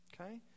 Okay